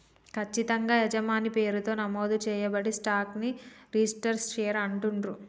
ఖచ్చితంగా యజమాని పేరుతో నమోదు చేయబడిన స్టాక్ ని రిజిస్టర్డ్ షేర్ అంటుండ్రు